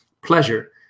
Pleasure